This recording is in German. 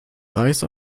reis